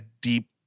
deep